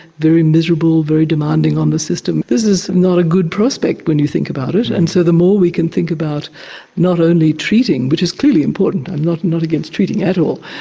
very miserable, very demanding on the system. this is not a good prospect when you think about it, and so the more we can think about not only treating, which is clearly important, important, i'm not not against treating at all,